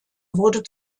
wurde